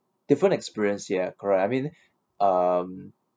different experience ya correct I mean um